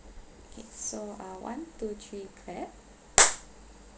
okay so uh one two three clap